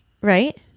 Right